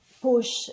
push